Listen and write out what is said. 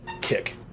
Kick